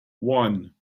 one